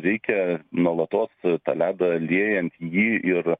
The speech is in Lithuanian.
reikia nuolatos tą ledą liejant jį ir